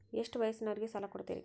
ಎಷ್ಟ ವಯಸ್ಸಿನವರಿಗೆ ಸಾಲ ಕೊಡ್ತಿರಿ?